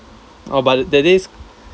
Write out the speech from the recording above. oh but that day